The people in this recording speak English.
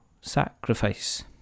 sacrifice